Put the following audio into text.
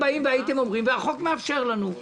החוק מאפשר לנו.